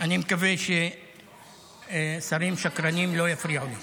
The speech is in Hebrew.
אני מקווה ששרים שקרנים לא יפריעו לי.